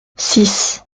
six